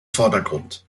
vordergrund